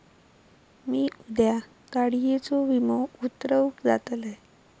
मी उद्या गाडीयेचो विमो उतरवूक जातलंय